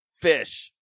fish